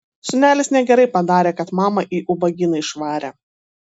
sūnelis negerai padarė kad mamą į ubagyną išvarė